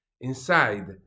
inside